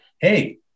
hey